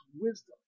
wisdom